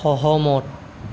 সহমত